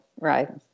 right